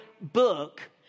book